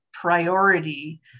priority